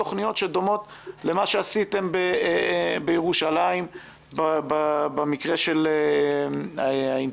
תוכניות שדומות למה שעשיתם בירושלים במקרה של האינתיפאדה